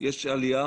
יש עלייה